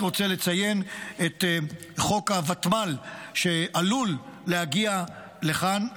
אני רק רוצה לציין את חוק הוותמ"ל שעלול להגיע לכאן,